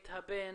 את הבן,